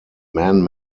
man